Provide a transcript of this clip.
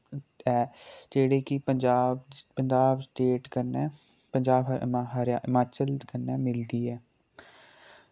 ऐ जेह्ड़ी कि पंजाब पंजाब स्टेट कन्नै पंजाब हर हिमाचल कन्नै मिलदी ऐ